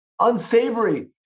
unsavory